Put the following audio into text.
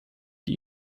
die